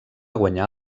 guanyà